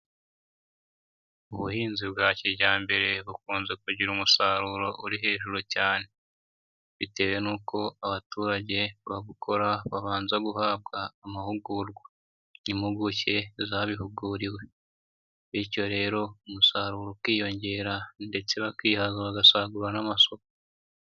Ubuhinzi bwa kijyambere bukunze kugira umusaruro uri hejuru cyane. Bitewe n'uko abaturage babukora babanza guhabwa amahugurwa n'impuguke zabihuguriwe bityo rero umusaruro ukiyongera ndetse bakihaza, bagasagurira n'amasoko.